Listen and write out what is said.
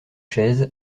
chaise